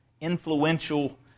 influential